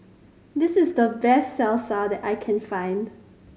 this is the best Salsa that I can find